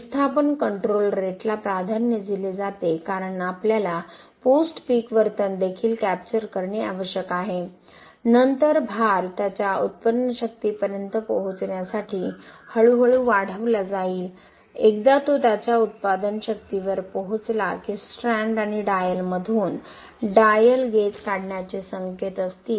विस्थापन कंट्रोल रेटला प्राधान्य दिले जाते कारण आपल्याला पोस्ट पीक वर्तन देखील कॅप्चर करणे आवश्यक आहे नंतर भार त्याच्या उत्पन्न शक्तीपर्यंत पोहोचण्यासाठी हळूहळू वाढविला जाईल एकदा तो त्याच्या उत्पादन शक्तीवर पोहोचला की स्ट्रँड आणि डायलमधून डायल गेज काढण्याचे संकेत असतील